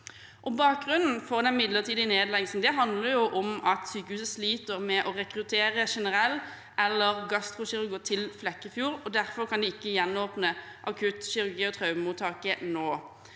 Bakgrunnen for den midlertidige nedleggelsen handler om at sykehuset sliter med å rekruttere generell-/gastrokirurger til Flekkefjord, og derfor kan de ikke gjenåpne akuttkirurgi og traumemottak nå.